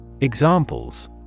Examples